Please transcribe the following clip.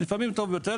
לפעמים טוב יותר,